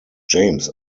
james